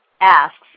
asks